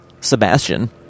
Sebastian